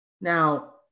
Now